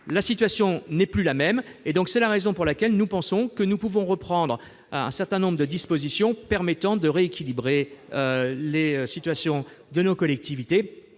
La situation n'est plus la même. C'est la raison pour laquelle nous pensons que nous pouvons prendre un certain nombre de dispositions permettant de rééquilibrer la situation de nos collectivités,